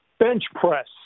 Bench-press